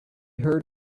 heard